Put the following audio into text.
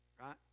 right